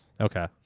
Okay